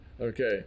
okay